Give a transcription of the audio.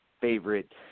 favorite